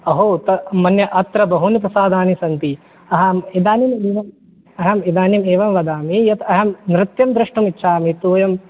अहो त मन्ये अत्र बहूनि प्रसादानि सन्ति अहम् इदानीमेव अहं इदानीमेव वदामि यद् अहें नृत्यं द्रष्टुमिच्छामि सोऽयं